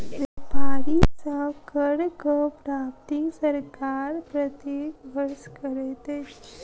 व्यापारी सॅ करक प्राप्ति सरकार प्रत्येक वर्ष करैत अछि